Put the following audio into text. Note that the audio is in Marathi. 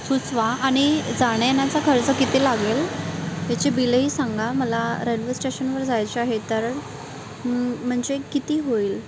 सुचवा आणि जाण्या येण्याचा खर्च किती लागेल त्याचे बिलही सांगा मला रेल्वे स्टेशनवर जायचे आहे तर म्हणजे किती होईल